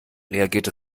reagiert